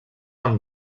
amb